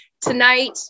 tonight